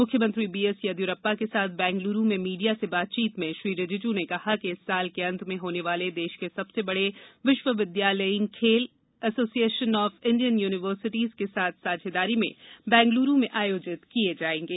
मुख्यमंत्री B S Yediyurappa के साथ बेंगलुरु में मीडिया से बातचीत में श्री रिजिजू ने कहा कि इस साल के अंत में होने वाले देश के सबसे बड़े विश्वविद्यालयीन खेल एसोसिएशन ऑफ इंडियन यूनिवर्सिटीज के साथ साझेदारी में बेंगलुरु में आयोजित किए जाएंगे